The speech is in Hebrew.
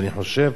ואני חושב